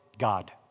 God